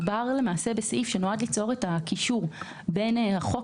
מדובר בסעיף שנועד ליצור את הקישור בין החוק